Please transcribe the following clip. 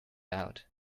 out